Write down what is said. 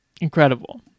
Incredible